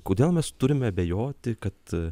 kodėl mes turime abejoti kad